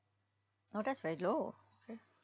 oh that's very low okay